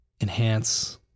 enhance